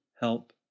help